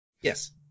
Yes